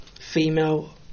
female